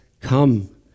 come